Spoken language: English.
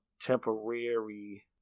temporary